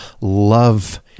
love